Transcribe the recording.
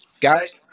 guys